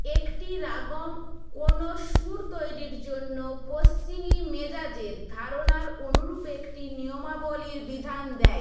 একটি রাগম কোনো সুর তৈরির জন্য পশ্চিমী মেজাজের ধারণার অনুরূপ একটি নিয়মাবলীর বিধান দেয়